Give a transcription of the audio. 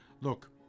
Look